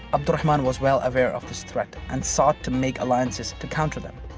abd al-rahman was well aware of this threat and sought to make alliances to counter them.